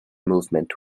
movement